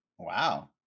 wow